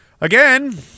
Again